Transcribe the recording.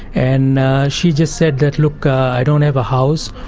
and she just said that, look, i don't have a house,